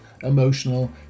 emotional